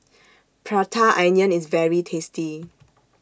Prata Onion IS very tasty